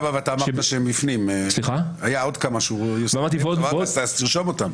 היו עוד כמה, אז תרשום אותם.